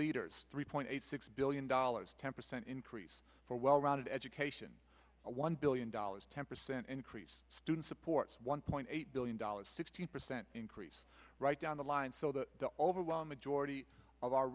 leaders three point eight six billion dollars ten percent increase for well rounded education one billion dollars ten percent increase student supports one point eight billion dollars sixty percent increase right down the line so that the overwhelming majority of our